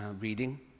reading